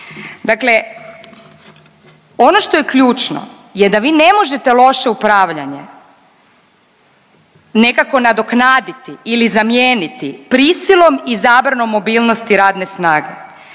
Dakle, ono što je ključno je da vi ne možete loše upravljanje nekako nadoknaditi ili zamijeniti prisilom i zabranom mobilnosti radne snage